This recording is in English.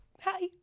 Hi